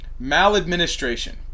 Maladministration